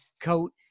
coat